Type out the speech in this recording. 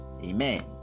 Amen